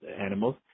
animals